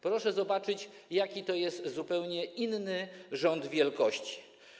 Proszę zobaczyć, jaki to jest zupełnie inny rząd wielkości.